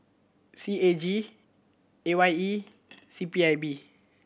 C A G A Y E C P I B